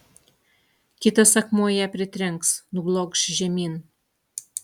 kitas akmuo ją pritrenks nublokš žemyn